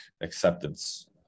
acceptance